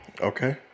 Okay